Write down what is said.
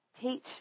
Teach